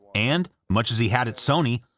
and much as he had at sony,